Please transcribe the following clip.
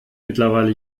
mittlerweile